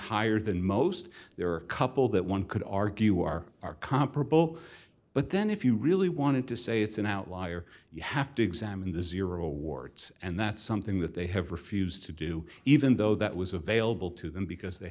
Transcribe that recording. higher than most there are a couple that one could argue are are comparable but then if you really wanted to say it's an outlier you have to examine the zero warts and that's something that they have refused to do even though that was available to them because they